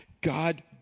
God